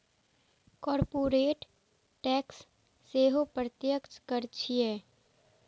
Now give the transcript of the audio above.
corporate tax सेहो प्रत्यक्ष कर छियै